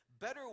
better